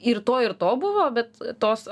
ir to ir to buvo bet tos